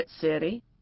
City